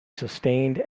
sustained